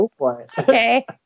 okay